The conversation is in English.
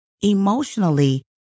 emotionally